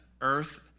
Earth